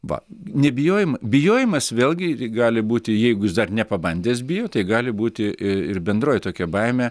va nebijojim bijojimas vėlgi gali būti jeigu jis dar nepabandęs bijo tai gali būti ir bendroji tokia baimė